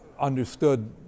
understood